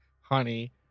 honey